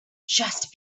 just